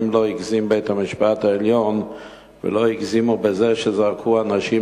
האם לא הגזים בית-המשפט העליון ולא הגזימו בזה שזרקו אנשים,